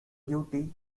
duty